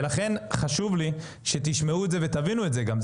לכן חשוב לי שתשמעו את זה ותבינו את זה גם.